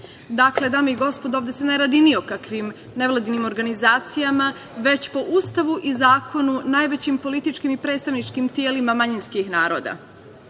linije. Dakle, dame i gospodo, ovde se ne radi ni o kakvim nevladinim organizacijama, već po Ustavu i zakonu najvećim političkim i predstavničkim telima manjinskih naroda.